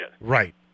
Right